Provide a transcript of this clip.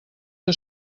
que